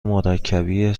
مرکبی